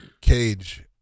cage